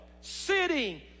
sitting